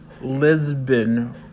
Lisbon